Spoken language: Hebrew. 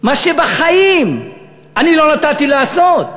מה שבחיים אני לא נתתי לעשות.